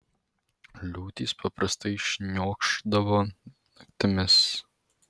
liūtys paprastai šniokšdavo naktimis